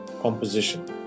composition